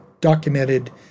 documented